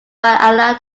allow